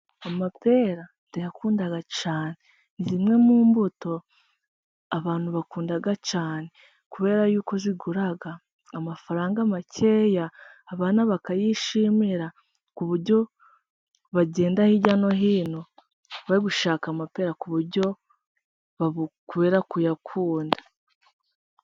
Amapera ndayakunda cyane. Ni zimwe mu mbuto abantu bakunda cyane kubera yuko zigura amafaranga make, abana bakayishimira ku buryo bagenda hirya no hino bari gushaka amapera, kubera kuyakunda.